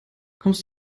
kommst